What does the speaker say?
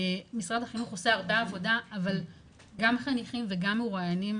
משרד החינוך עושה הרבה עבודה אבל גם חניכים וגם מרואיינים